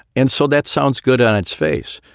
and so that sounds good on its face.